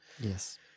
Yes